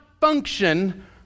function